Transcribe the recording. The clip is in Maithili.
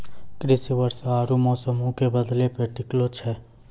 कृषि वर्षा आरु मौसमो के बदलै पे टिकलो छै